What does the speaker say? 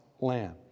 land